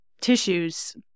tissues